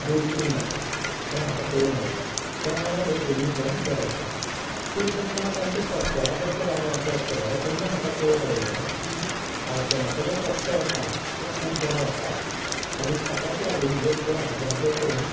दोश येयना हें म्हाका कळून आयलें ते मानान हे दोनीय फोन बरे आसात पूण जेन्ना तांचे सॉफ्टवेअरा बद्दल हांवें अभ्यास केलो तेन्ना म्हाका कळून आयलें की आयफोनाचो जो सॉफ्टवेअर आसा तो खूब बरो आसा आनी ताकाच जगभर आयफोनाचे फोन